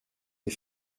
des